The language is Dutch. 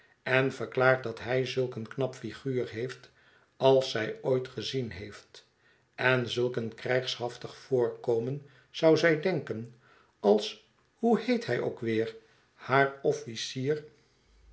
en verklaart dat hij zulk een knap figuur heeft als zij ooit gezien heeft en zulk een krijgshaftig voorkomen zou zij denken als hoe heet hij ook weer haar officier